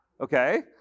okay